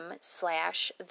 slash